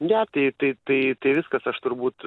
ne tai taip tai tai viskas aš turbūt